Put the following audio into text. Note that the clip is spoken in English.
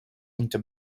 into